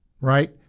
Right